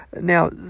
now